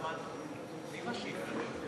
מי משיב לנו?